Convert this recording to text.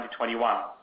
2021